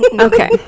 Okay